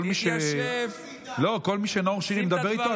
כל מי שנאור שירי מדבר איתו,